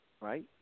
Right